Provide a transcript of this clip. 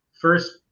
first